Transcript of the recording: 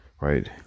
right